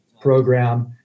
program